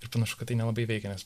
ir panašu kad tai nelabai veikia nes